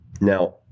Now